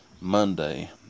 Monday